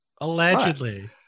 Allegedly